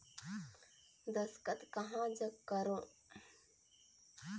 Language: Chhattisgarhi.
दस्खत कहा जग करो?